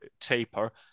taper